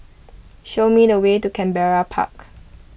show me the way to Canberra Park